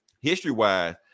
history-wise